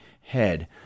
head